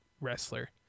wrestler